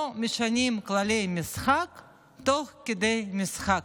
לא משנים כללי משחק תוך כדי משחק.